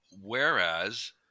whereas